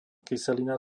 kyselina